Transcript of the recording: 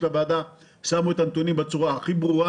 הוועדה שמו את הנתונים האלה בצורה הכי ברורה